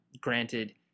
Granted